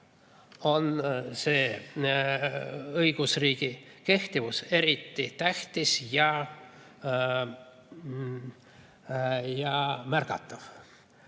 on õigusriigi kehtivus eriti tähtis ja märgatav.